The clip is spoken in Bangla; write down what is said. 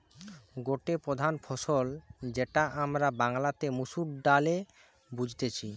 গটে প্রধান ফসল যেটা আমরা বাংলাতে মসুর ডালে বুঝতেছি